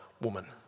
woman